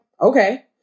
okay